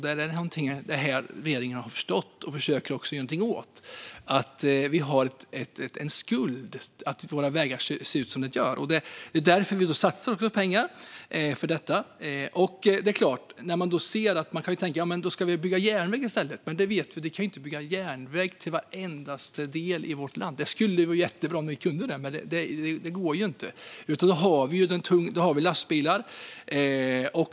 Det är detta som den här regeringen har förstått och försöker göra någonting åt - att vi har en skuld i att våra vägar ser ut som de gör. Det är därför vi satsar otroligt mycket pengar för detta. Det är klart att när man ser detta kan man tänka att vi då kan bygga järnväg i stället. Men vi kan ju inte bygga järnväg till varenda del av vårt land, utan då har vi lastbilar.